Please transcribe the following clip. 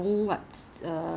you have to work in